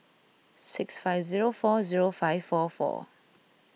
six five zero four zero five four four